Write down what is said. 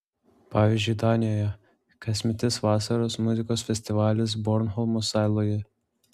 pavyzdžiui danijoje kasmetis vasaros muzikos festivalis bornholmo saloje